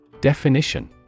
Definition